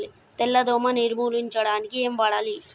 తెల్ల దోమ నిర్ములించడానికి ఏం వాడాలి?